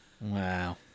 Wow